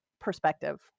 perspective